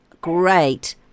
great